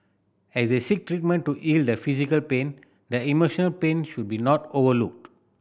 as they seek treatment to heal the physical pain their emotional pain should be not overlooked